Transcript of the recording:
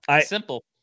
Simple